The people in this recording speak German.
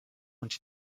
und